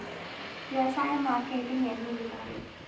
వ్యవసాయ మార్కెటింగ్ ఎన్ని విధాలు?